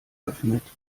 öffnet